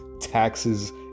taxes